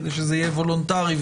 כדי שיהיה וולונטרי,